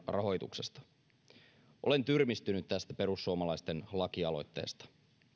rahoituksesta olen tyrmistynyt tästä perussuomalaisten lakialoitteesta